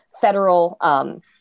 federal